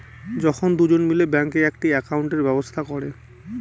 যখন দুজন মিলে ব্যাঙ্কে একটি একাউন্টের ব্যবস্থা করে